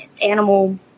animal